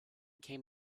came